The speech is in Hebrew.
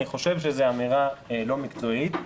אני חושב שזאת אמירה לא מקצועית.